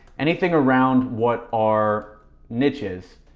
anything around what our niche is.